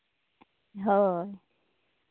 ᱦᱳᱭ